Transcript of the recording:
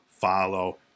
follow